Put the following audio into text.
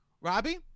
Robbie